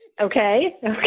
Okay